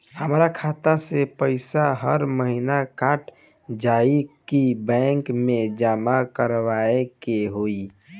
हमार खाता से पैसा हर महीना कट जायी की बैंक मे जमा करवाए के होई?